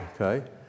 Okay